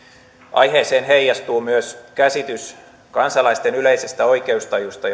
aiheeseen heijastuu myös käsitys kansalaisten yleisestä oikeustajusta